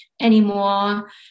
anymore